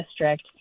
district